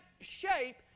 shape